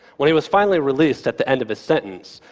when he was finally released at the end of his sentence,